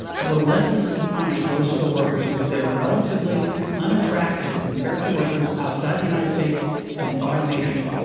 have relentlessly punished low-skilled workers because they are relatively unattractive compared to workers outside the united states and automation.